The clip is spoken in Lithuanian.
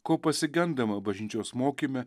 ko pasigendama bažnyčios mokyme